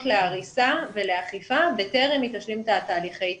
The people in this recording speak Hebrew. להריסה ולאכיפה בטרם היא תשלים את תהליכי התכנון.